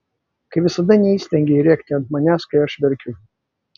kaip visada neįstengei rėkti ant manęs kai aš verkiu